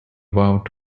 vow